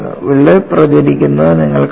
വിള്ളൽ പ്രചരിക്കുന്നത് നിങ്ങൾ കണ്ടു